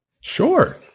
Sure